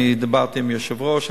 דיברתי עם היושב-ראש.